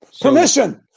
Permission